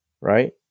right